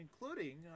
including